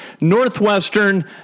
Northwestern